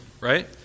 right